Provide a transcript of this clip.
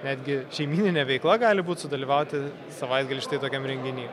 netgi šeimyninė veikla gali būt sudalyvauti savaitgalį štai tokiam renginy